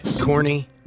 Corny